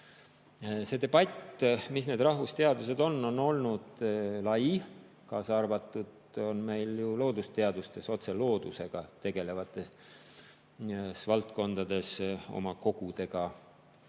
Kogu debatt, mis need rahvusteadused on, on olnud lai, kaasa arvatud loodusteadustes. Meil on otse loodusega tegelevates valdkondades oma kogudega